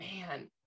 man